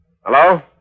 Hello